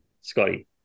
Scotty